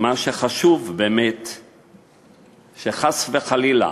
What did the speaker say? מה שחשוב, שחס וחלילה